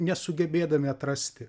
nesugebėdami atrasti